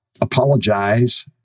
apologize